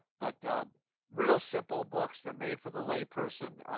but real simple books. they're made for the layperson.